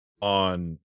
on